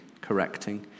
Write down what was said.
correcting